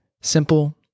Simple